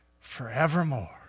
forevermore